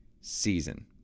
season